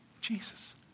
Jesus